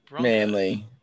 Manly